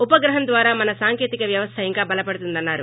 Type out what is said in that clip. ఉపగ్రహం ద్వారా మన సాంకేతిక వ్యవస్థ ఇంకా బలపడుతుందన్నారు